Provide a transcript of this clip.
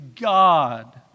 God